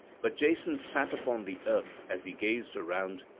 but jason sat upon the earth as he gazed around,